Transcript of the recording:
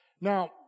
Now